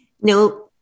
No